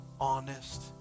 honest